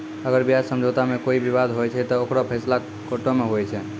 अगर ब्याज समझौता मे कोई बिबाद होय छै ते ओकरो फैसला कोटो मे हुवै छै